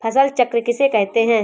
फसल चक्र किसे कहते हैं?